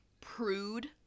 prude